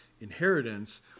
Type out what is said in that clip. inheritance